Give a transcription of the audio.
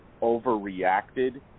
overreacted